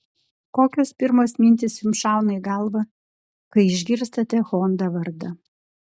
kokios pirmos mintys jums šauna į galvą kai išgirstate honda vardą